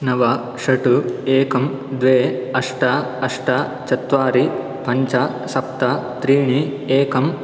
नव षट् एकं द्वे अष्ट अष्ट चत्वारि पञ्च सप्त त्रीणि एकं